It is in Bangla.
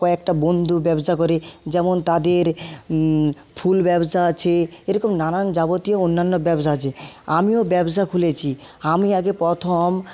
কয়েকটা বন্ধু ব্যবসা করে যেমন তাদের ফুল ব্যবসা আছে এরকম নানান যাবতীয় অন্যান্য ব্যবসা আছে আমিও ব্যবসা খুলেছি আমি আগে প্রথম